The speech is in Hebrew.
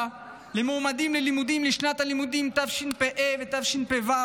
למועמדים ללימודים לשנות הלימודים תשפ"ה ותשפ"ו